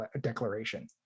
declaration